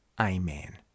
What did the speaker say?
Amen